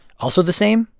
also the same,